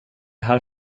här